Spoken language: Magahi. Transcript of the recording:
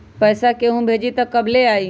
पैसा केहु भेजी त कब ले आई?